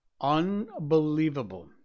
Unbelievable